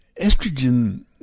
Estrogen